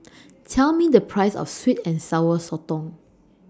Tell Me The Price of Sweet and Sour Sotong